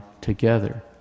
together